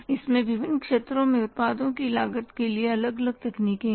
इसमें विभिन्न क्षेत्रों में उत्पादों की लागत के लिए अलग अलग तकनीकें हैं